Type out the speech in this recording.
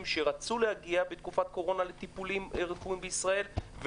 שרצו להגיע בתקופת הקורונה לטיפולים רפואיים בישראל,